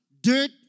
dirt